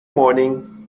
morning